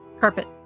carpet